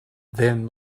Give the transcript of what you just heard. then